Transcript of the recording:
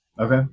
Okay